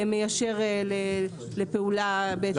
אכיפה גם אמורה לאזן בין הרתעה לבין הצורך